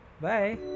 Bye